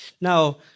Now